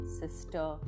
sister